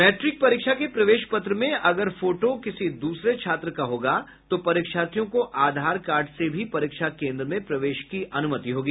matric परीक्षा के प्रवेश पत्र में अगर फोटो किसी दूसरे छात्र का होगा तो परीक्षार्थियों को आधार कार्ड से भी परीक्षा केंद्र में प्रवेश की अनुमति होगी